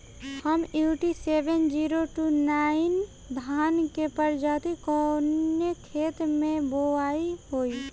MUT seven zero two nine धान के प्रजाति कवने खेत मै बोआई होई?